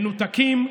מנותקים,